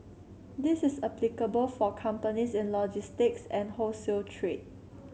this is applicable for companies in logistics and wholesale trade